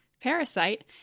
Parasite